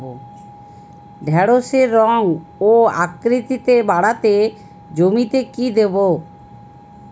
ঢেঁড়সের রং ও আকৃতিতে বাড়াতে জমিতে কি দেবো?